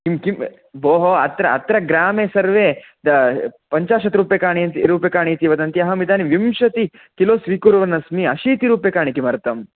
किं किं भोः अत्र अत्र ग्रामे सर्वे पञ्चाशद्रूप्यकाणि रूप्यकाणि इति वदन्ति अहम् इदानीं विंशतिकिलो स्वीकुर्वन् अस्मि अशीतिरूप्यकाणि किमर्थम्